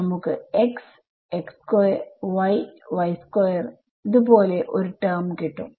നമുക്ക് x y ഇത് പോലെ ഒരു ടെർമ് കിട്ടും